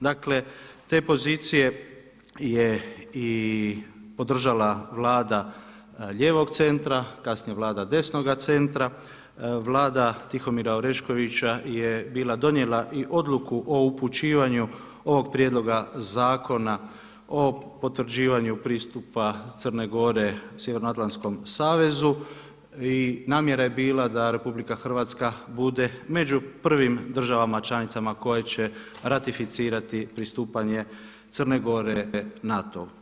Dakle, te pozicije je i podržala Vlada lijevog centra, kasnije Vlada desnoga centra Vlada Tihomira Oreškovića je bila donijela i odluku o upućivanju ovog Prijedloga zakona o potvrđivanju pristupa Crne Gore Sjevernoatlantskom savezu i namjera je bila da Republika Hrvatska bude među prvim državama članicama koje će ratificirati pristupanje Crne Gore NATO-u.